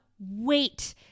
Wait